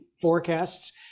forecasts